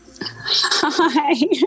Hi